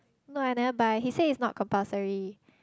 no I never buy he say it's not compulsory